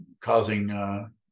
causing